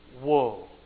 whoa